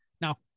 Now